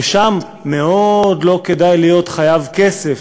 ושם מאוד לא כדאי להיות חייב כסף,